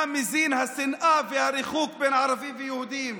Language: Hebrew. מה מזינים את השנאה והריחוק בין ערבים ויהודים,